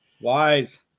wise